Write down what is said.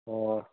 ꯑꯣ